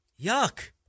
Yuck